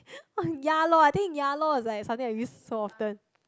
ya lor I think ya lor is like something I used so often